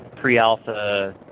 pre-alpha